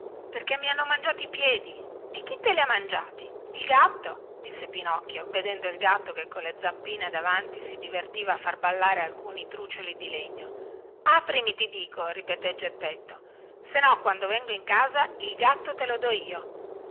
perché mi hanno mangiato i piedi e chi te li ha mangiati il gatto disse pinocchio vedendo il gatto che colle zampine davanti si divertiva a far ballare alcuni trucioli di legno aprimi ti dico ripeté geppetto se no quando vengo in casa il gatto te lo do io